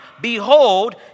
behold